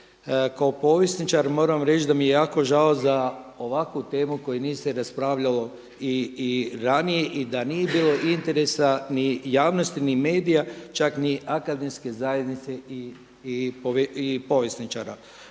Kao povjesničar moram vam reći da mi je jako žao za ovakvu temu koju se nije raspravljalo i ranije i da nije bilo interesa ni javnosti, ni medija, čak ni akademske zajednice i povjesničara.